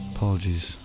Apologies